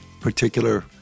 particular